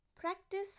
Practice